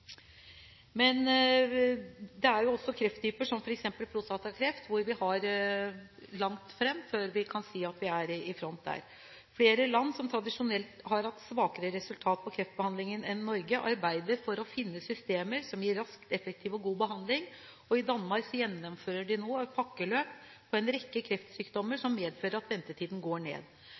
Men det er også krefttyper, som f.eks. prostatakreft, hvor vi har langt fram før vi kan si at vi er i front. Flere land som tradisjonelt har hatt svakere resultat i kreftbehandlingen enn Norge, arbeider for å finne systemer som gir rask, effektiv og god behandling, og i Danmark gjennomfører de nå et pakkeløp ved en rekke kreftsykdommer som medfører at ventetiden går ned.